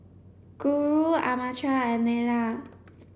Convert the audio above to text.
Guru Amartya and Neila